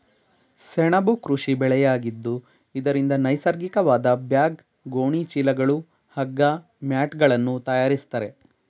ಸೆಣಬು ಕೃಷಿ ಬೆಳೆಯಾಗಿದ್ದು ಇದರಿಂದ ನೈಸರ್ಗಿಕವಾದ ಬ್ಯಾಗ್, ಗೋಣಿ ಚೀಲಗಳು, ಹಗ್ಗ, ಮ್ಯಾಟ್ಗಳನ್ನು ತರಯಾರಿಸ್ತರೆ